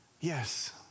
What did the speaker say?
Yes